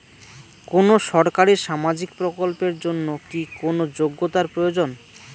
কোনো সরকারি সামাজিক প্রকল্পের জন্য কি কোনো যোগ্যতার প্রয়োজন?